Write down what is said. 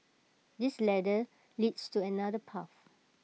this ladder leads to another path